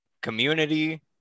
Community